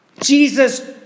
Jesus